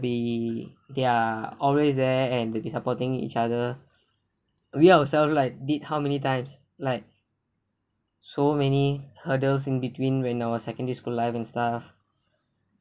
be they're always there and they'll be supporting each other we ourselves like did how many times like so many hurdles in between when I was secondary school life and stuff